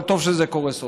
אבל טוב שזה קורה סוף-סוף.